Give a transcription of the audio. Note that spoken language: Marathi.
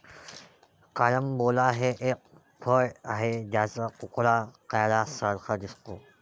कारंबोला हे एक फळ आहे ज्याचा तुकडा ताऱ्यांसारखा दिसतो